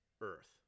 Earth